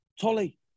Tolly